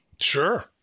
Sure